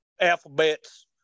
alphabets